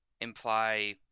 imply